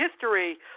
history